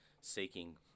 seeking